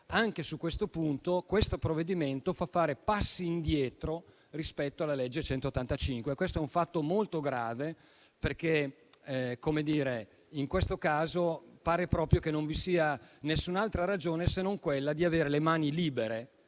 che vedremo più avanti, il provvedimento in esame fa passi indietro rispetto alla legge n. 185. È un fatto molto grave, perché in questo caso pare proprio che non vi sia nessun'altra ragione, se non quella di avere le mani libere